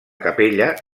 capella